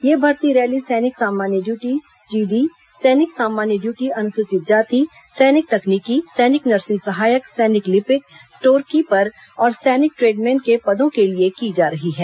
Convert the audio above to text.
यह भर्ती रैली सैनिक सामान्य ड्यूटी जीडी सैनिक सामान्य ड्यूटी अनुसूचित जाति सैनिक तकनीकी सैनिक नर्सिंग सहायक सैनिक लिपिक स्टोर कीपर और सैनिक ट्रेडमेन के पदों के लिए की जा रही है